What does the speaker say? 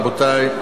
רבותי,